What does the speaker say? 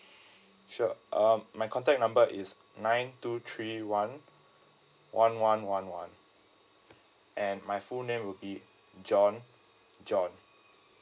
sure uh my contact number is nine two three one one one one one and my full name will be john john